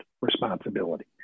responsibility